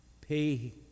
pay